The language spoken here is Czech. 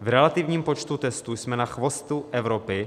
V relativním počtu testů jsme na chvostu Evropy.